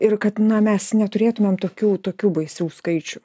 ir kad mes neturėtumėm tokių tokių baisių skaičių